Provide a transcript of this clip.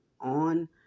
on